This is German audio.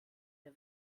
der